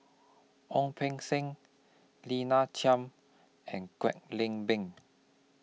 Ong Beng Seng Lina Chiam and Kwek Leng Beng